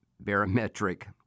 barometric